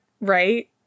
right